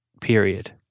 period